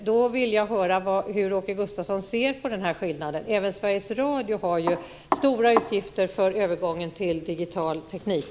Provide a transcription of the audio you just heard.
Jag vill höra hur Åke Gustavsson ser på skillnaden. Även Sveriges Radio har ju stora utgifter för övergången till digital teknik.